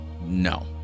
no